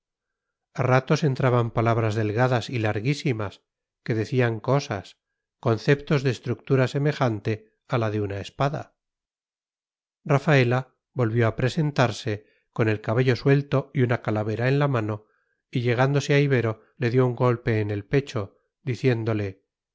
a ratos entraban palabras delgadas y larguísimas que decían cosas conceptos de estructura semejante a la de una espada rafaela volvió a presentarse con el cabello suelto y una calavera en la mano y llegándose a ibero le dio un golpe en el pecho diciéndole